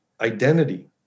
identity